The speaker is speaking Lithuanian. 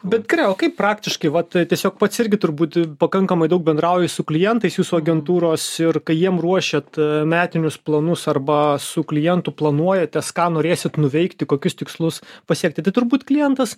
bet gerai o kaip praktiškai vat tiesiog pats irgi turbūt pakankamai daug bendrauji su klientais jūsų agentūros ir kai jiem ruošiat metinius planus arba su klientu planuojatės ką norėsit nuveikti kokius tikslus pasiekti tai turbūt klientas